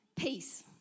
peace